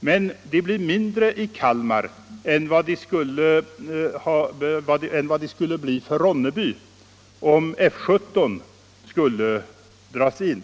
Men de blir mindre i Kalmar än vad de skulle bli i Ronneby om F 17 skulle dras in.